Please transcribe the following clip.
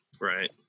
Right